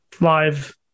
live